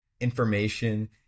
information